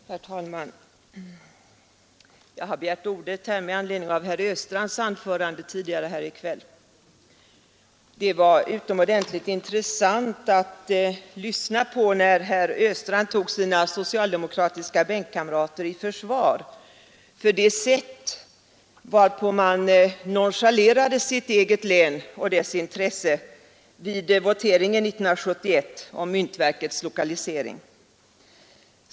Herr talman! Jag har begärt ordet med anledning av herr Östrands anförande tidigare i kväll. Det var utomordentligt intressant att lyssna på herr Östrand när han tog sina socialdemokratiska bänkkamrater i försvar för det sätt varpå dessa nonchalerade sitt eget län och dess intressen vid voteringen 1971 om myntverkets lokalisering.